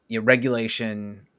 regulation